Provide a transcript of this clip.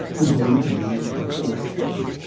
we're going to be a collective.